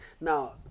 Now